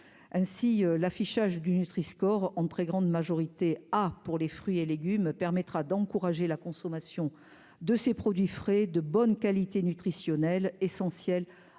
ainsi l'affichage du Nutri score en très grande majorité à pour les fruits et légumes permettra d'encourager la consommation de ces produits frais de bonne qualité nutritionnelle essentiels à un bon